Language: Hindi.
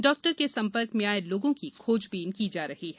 डाक्टर के संपर्क में आये लोगों की खोजबीन की जा रही है